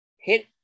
hit